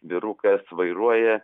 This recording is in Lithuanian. vyrukas vairuoja